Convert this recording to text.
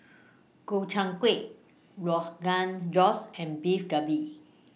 Gobchang Gui Rogan Josh and Beef Galbin